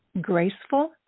graceful